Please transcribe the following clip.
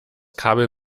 kabel